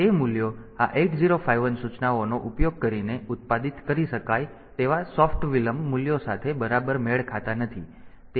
તેથી તે મૂલ્યો આ 8051 સૂચનાઓનો ઉપયોગ કરીને ઉત્પાદિત કરી શકાય તેવા નરમ વિલંબ મૂલ્યો સાથે બરાબર મેળ ખાતા નથી